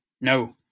No